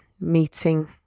meeting